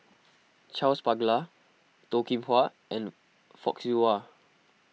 Charles Paglar Toh Kim Hwa and Fock Siew Wah